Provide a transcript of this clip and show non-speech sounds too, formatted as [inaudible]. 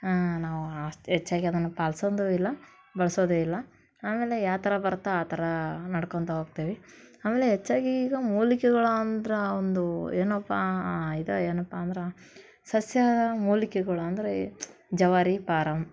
ಹಾಂ ನಾವು [unintelligible] ಹೆಚ್ಚಾಗಿ ಅದನ್ನು ಪಾಲ್ಸೊದು ಇಲ್ಲ ಬಳಸೋದು ಇಲ್ಲ ಆಮೇಲೆ ಯಾವ ಥರ ಬರುತ್ತೋ ಆ ಥರ ನಡ್ಕೊತಾ ಹೋಗ್ತಿವಿ ಆಮೇಲೆ ಹೆಚ್ಚಾಗಿ ಈಗ ಮೂಲಿಕೆಗಳು ಅಂದ್ರೆ ಒಂದು ಏನಪ್ಪ ಇದು ಏನಪ್ಪಾ ಅಂದ್ರೆ ಸಸ್ಯ ಮೂಲಿಕೆಗಳು ಅಂದರೆ ಜವಾರಿ ಪಾರಮ್